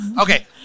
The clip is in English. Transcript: Okay